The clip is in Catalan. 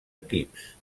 equips